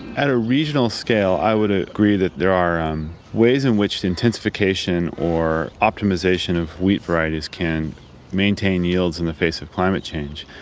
at a regional scale i would ah agree that there are um ways in which the intensification or optimisation of wheat varieties can maintain yields in the face of climate change.